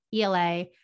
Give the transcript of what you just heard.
ELA